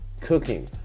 Cooking